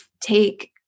take